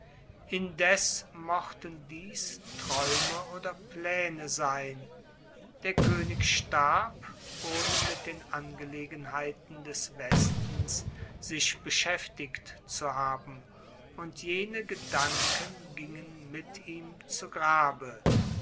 indes mochten dies traeume oder plaene sein der koenig starb ohne mit den angelegenheiten des westens sich beschaeftigt zu haben und jene gedanken gingen mit ihm zu grabe